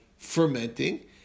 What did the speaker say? Fermenting